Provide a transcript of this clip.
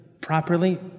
properly